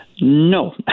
No